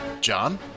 John